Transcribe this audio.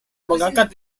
mengangkat